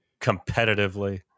competitively